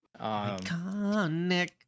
Iconic